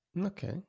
okay